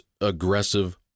aggressive